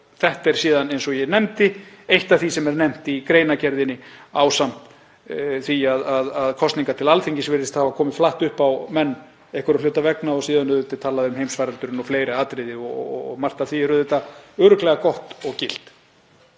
Þetta er síðan, eins og ég nefndi, eitt af því sem er nefnt í greinargerðinni ásamt því að kosningar til Alþingis virðast hafa komið flatt upp á menn einhverra hluta vegna og síðan er talað um heimsfaraldurinn og fleiri atriði og margt af því er örugglega gott og gilt.